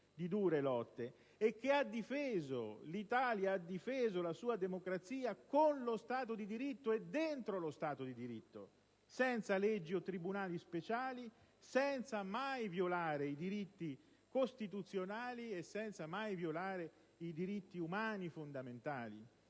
di dure lotte. L'Italia ha difeso la sua democrazia con lo Stato di diritto e dentro lo Stato di diritto, senza leggi o tribunali speciali, senza mai violare i diritti costituzionali e senza mai violare i diritti umani fondamentali.